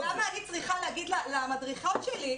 למה אני צריכה להגיד למדריכות שלי,